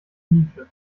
nische